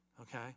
okay